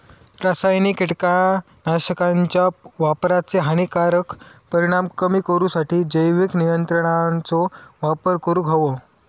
रासायनिक कीटकनाशकांच्या वापराचे हानिकारक परिणाम कमी करूसाठी जैविक नियंत्रणांचो वापर करूंक हवो